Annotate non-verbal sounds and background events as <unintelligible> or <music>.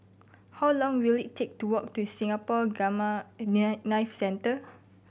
how long will it take to walk to Singapore Gamma <unintelligible> Knife Centre